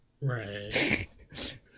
Right